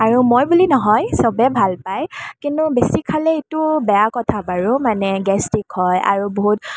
আৰু মই বুলি নহয় সবেই ভাল পায় কিন্তু বেছি খালে এইটো বেয়া কথা বাৰু মানে গেষ্ট্ৰিক হয় আৰু বহুত